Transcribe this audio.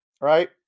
right